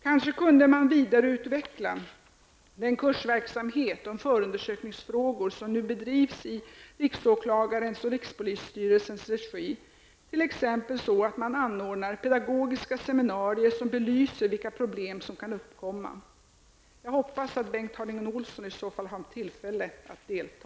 Kanske kunde man vidareutveckla den kursverksamhet om förundersökningsfrågor som nu bedrivs i riksåklagarens och rikspolisstyrelsens regi så att man t.ex. anordnar pedagogiska seminarier som belyser vilka problem som kan uppkomma. Jag hoppas att Bengt Harding Olson i så fall har tillfälle att delta.